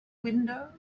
window